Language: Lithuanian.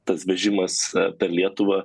tas vežimas per lietuvą